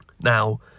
Now